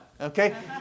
okay